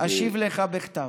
אשיב לך בכתב.